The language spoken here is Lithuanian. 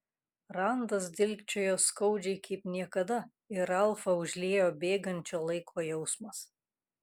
randas dilgčiojo skaudžiai kaip niekada ir ralfą užliejo bėgančio laiko jausmas